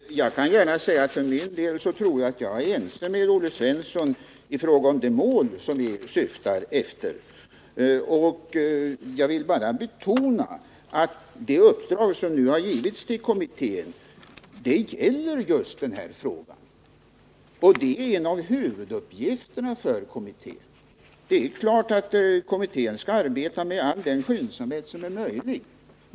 Herr talman! Jag kan gärna säga att jag för min del tror att Olle Svensson och jag är ense i fråga om de mål som vi syftar till. Jag vill bara betona att det uppdrag som nu har givits till kommittén gäller just denna fråga — det är en av huvuduppgifterna för kommittén. Och det är klart att kommittén skall arbeta med all den skyndsamhet som är möjlig.